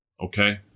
Okay